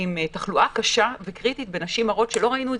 עם תחלואה קשה וקריטית בנשים הרות שלא ראינו קודם,